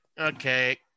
okay